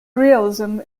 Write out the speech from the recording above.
realism